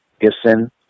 Gibson